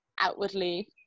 outwardly